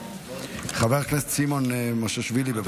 חבר הכנסת סימון מושיאשוילי, בבקשה.